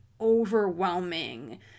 overwhelming